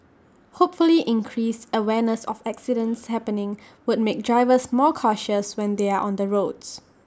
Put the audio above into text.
hopefully increased awareness of accidents happening would make drivers more cautious when they are on the roads